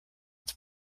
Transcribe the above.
its